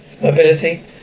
mobility